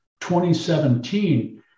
2017